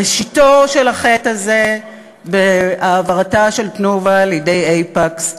ראשיתו של החטא הזה בהעברתה של "תנובה" לידי "אייפקס",